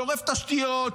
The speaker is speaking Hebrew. שורף תשתיות,